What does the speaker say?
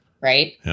right